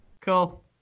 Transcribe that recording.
cool